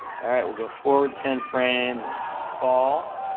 alright we'll go forward ten frames and it's gonna fall,